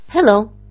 Hello